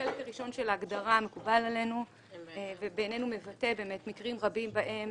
החלק הראשון של ההגדרה מקובל עלינו ומבטא באמת מקרים רבים בהם